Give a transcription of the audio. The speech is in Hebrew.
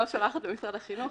לא שולחת למשרד החינוך.